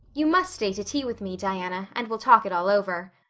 you must stay to tea with me, diana, and we'll talk it all over.